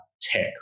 tech